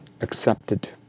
accepted